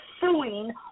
suing